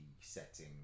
setting